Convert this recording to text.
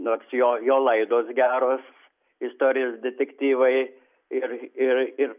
nors jo jo laidos geros istorijos detektyvai ir ir ir